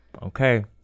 Okay